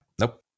Nope